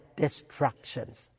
destructions